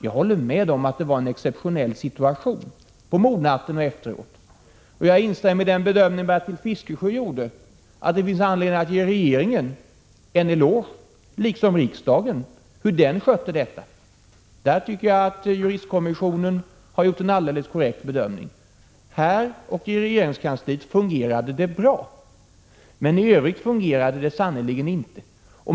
Jag håller med om att det var en exceptionell situation på mordnatten och efteråt, och jag instämmer i den bedömning Bertil Fiskesjö gjorde, att det finns anledning att ge regeringen en eloge, liksom riksdagen, för hur den skötte detta. Där tycker jag att juristkommissionen har gjort en alldeles korrekt bedömning. Här och i regeringskansliet fungerade det bra, men i Övrigt fungerade det sannerligen inte.